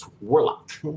Warlock